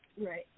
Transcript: Right